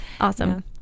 Awesome